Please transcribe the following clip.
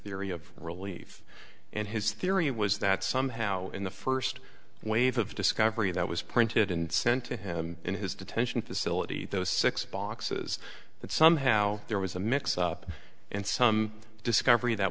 theory of relief and his theory was that somehow in the first wave of discovery that was printed and sent to him in his detention facility those six boxes that somehow there was a mix up and some discovery that